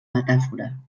metàfora